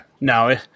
No